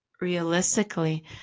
realistically